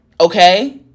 Okay